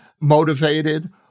motivated